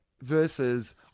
versus